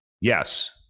yes